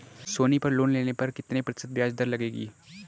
सोनी पर लोन लेने पर कितने प्रतिशत ब्याज दर लगेगी?